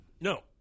No